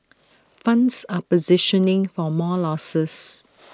funds are positioning for more losses